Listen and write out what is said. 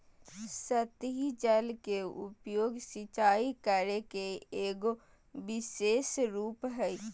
सतही जल के उपयोग, सिंचाई करे के एगो विशेष रूप हइ